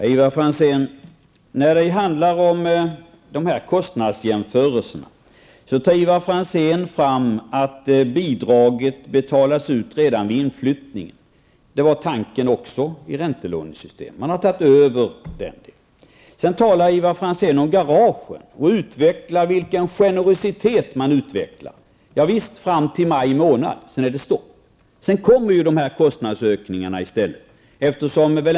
Herr talman! När det handlar om kostnadsjämförelserna, så för Ivar Franzén fram detta att bidraget betalas ut redan vid inflyttningen. Det var tanken också i räntelånesystemet. Man har tagit över detta. Vidare talar Ivar Franzén om garagen och skildrar vilken generositet man utvecklar. Ja visst, fram till maj månad -- sedan är det stopp, sedan kommer de här kostnadsökningarna i stället.